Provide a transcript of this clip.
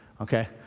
Okay